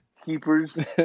keepers